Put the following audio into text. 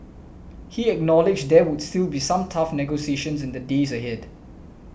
he acknowledged there would still be some tough negotiations in the days ahead